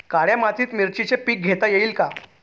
काळ्या मातीत मिरचीचे पीक घेता येईल का?